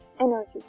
energy